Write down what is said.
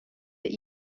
that